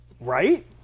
Right